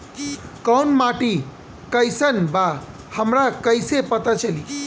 कोउन माटी कई सन बा हमरा कई से पता चली?